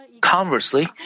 Conversely